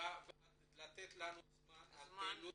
ולתת לנו זמן לפעילות